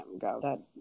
go